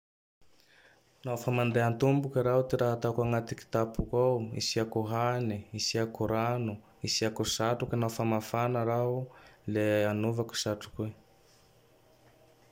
Nao fa mandeha tomboky raho. Ty raha agnaty kitapoko ao: isiako hane, isiako rano, isiako satroky nao fa mafana raho; le anovako satroko i.